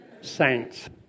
saints